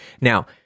Now